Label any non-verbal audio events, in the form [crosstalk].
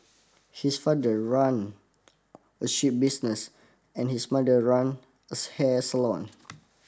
his father run [noise] a ship business and his mother run as hair salon